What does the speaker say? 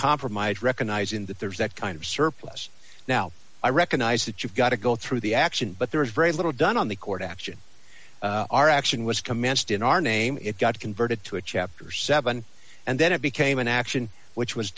compromise recognizing that there's that kind of surplus now i recognize that you've got to go through the action but there is very little done on the court action our action was commenced in our name it got converted to a chapter seven and then it became an action which was